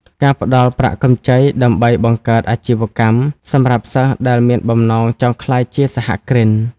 ការផ្តល់ប្រាក់កម្ចីដើម្បីបង្កើតអាជីវកម្ម សម្រាប់សិស្សដែលមានបំណងចង់ក្លាយជាសហគ្រិន។